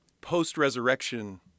post-resurrection